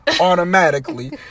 automatically